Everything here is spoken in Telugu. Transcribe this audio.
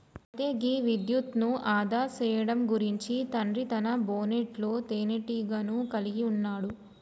అయితే గీ విద్యుత్ను ఆదా సేయడం గురించి తండ్రి తన బోనెట్లో తీనేటీగను కలిగి ఉన్నాడు